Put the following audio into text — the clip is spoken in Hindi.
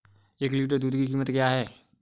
एक लीटर दूध की कीमत क्या है?